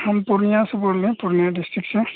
हम पूर्णियाँ से बोल रहे हैं पूर्णिया डिस्टिक से